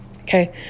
Okay